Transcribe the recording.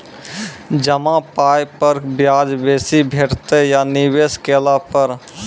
जमा पाय पर ब्याज बेसी भेटतै या निवेश केला पर?